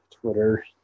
Twitter